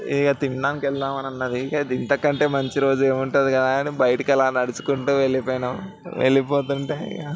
ఇక తిన్నాకా వెళదాం అని అన్నది ఇంక ఇంతకంటే మంచిరోజు ఏముంటుంది కదా అని బయటకి అలా నడుచుకుంటు వెళ్ళిపోయినాం వెళ్ళిపోతుంటే ఇక